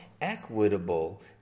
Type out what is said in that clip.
equitable